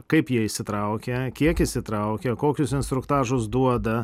kaip jie įsitraukia kiek įsitraukia kokius instruktažus duoda